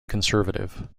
conservative